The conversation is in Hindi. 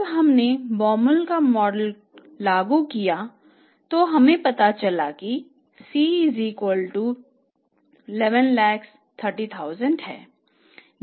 जब हमने Baumol का मॉडल लागू किया तो हमें पता चला कि C1130 लाख है